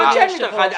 לא רק שאין מדרכה,